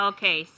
Okay